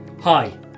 Hi